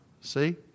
See